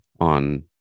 on